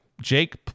Jake